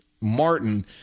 Martin